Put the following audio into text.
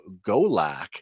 Golak